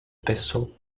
pistol